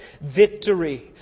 victory